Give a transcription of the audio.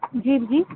جیب جی